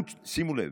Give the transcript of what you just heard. שימו לב,